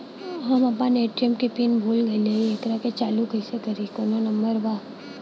हम अपना ए.टी.एम के पिन भूला गईली ओकरा के चालू कइसे करी कौनो नंबर बा?